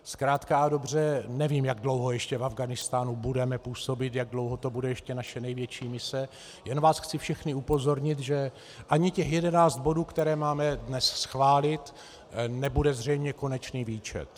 Zkrátka a dobře, nevím, jak dlouho ještě v Afghánistánu budeme působit, jak dlouho to bude ještě naše největší mise, jen vás chci všechny upozornit, že ani jedenáct bodů, které máme dnes schválit, nebude zřejmě konečný výčet.